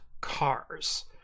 cars